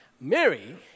Mary